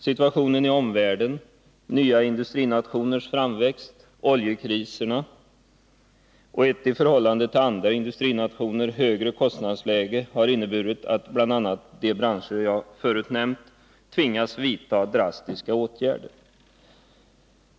Situationen i omvärlden, nya industrinationers framväxt, oljekriserna och ett i förhållande till andra industrinationer högre kostnadsläge har inneburit att man inom bl.a. de branscher jag här nämnt tvingats vidta drastiska åtgärder.